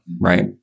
right